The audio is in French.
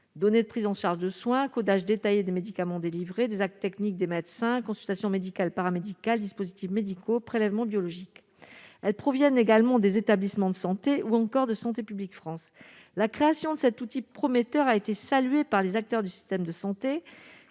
données de prise en charge de soins codage détaillé des médicaments délivrés des actes techniques des médecins consultation médicale, paramédicale, dispositifs médicaux prélèvements biologiques, elles proviennent également des établissements de santé ou encore de santé publique France la création de cet outil prometteur a été saluée par les acteurs du système de santé